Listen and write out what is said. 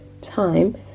time